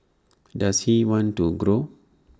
does he want to grow